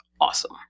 Awesome